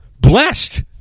blessed